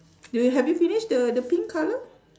do you have you finished the pink colour